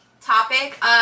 topic